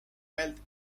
wealth